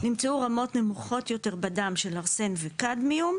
נמצאו רמות נמוכות יותר בדם של ארסן וקדמיום,